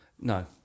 no